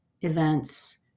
events